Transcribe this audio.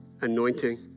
anointing